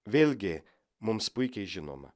vėlgi mums puikiai žinoma